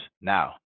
now